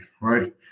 right